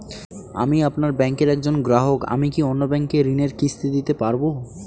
আমি আপনার ব্যাঙ্কের একজন গ্রাহক আমি কি অন্য ব্যাঙ্কে ঋণের কিস্তি দিতে পারবো?